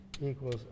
equals